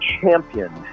championed